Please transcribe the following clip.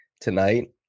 tonight